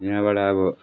यहाँबाट अब